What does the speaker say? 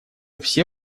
все